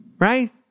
Right